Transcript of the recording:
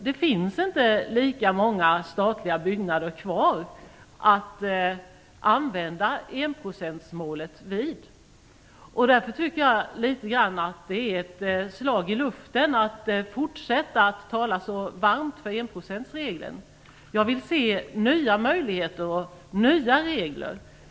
Det finns inte så många statliga byggnader kvar att tillämpa enprocentsmålet på. Därför tycker jag litet grand att det är ett slag i luften att fortsätta att tala så varmt för enprocentsreglen. Jag vill se nya möjligheter och nya regler.